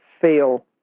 feel